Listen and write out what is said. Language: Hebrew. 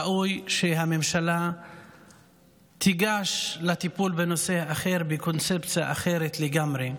ראוי שהממשלה תיגש לטיפול בנושא בקונספציה אחרת לגמרי.